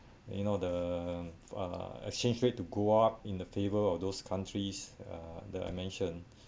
then you know the uh exchange rate to go up in the favor of those countries uh that I mentioned